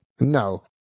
no